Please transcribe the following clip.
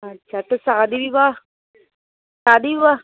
अच्छा तो शादी विवाह शादी हुआ